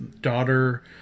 daughter